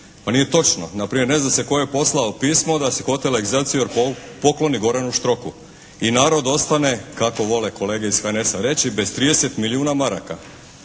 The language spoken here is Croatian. Pa nije točno. Npr. ne zna se tko je poslao pismo da se Hotel Excellsior pokloni Goranu Štroku i narod ostane, kako vole kolege iz HNS-a reći, bez 30 milijuna maraka.